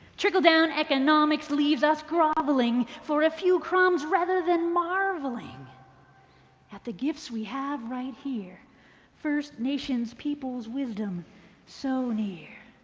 trickle down economics leaves us groveling for a few crumbs rather than marveling at the gifts we have right here first nations peoples wisdom so near